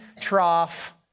trough